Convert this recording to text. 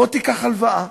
בוא תיקח הלוואה.